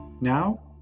Now